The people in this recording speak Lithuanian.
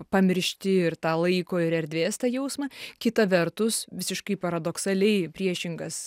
pamiršti ir tą laiko ir erdvės tą jausmą kita vertus visiškai paradoksaliai priešingas